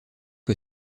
que